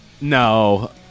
No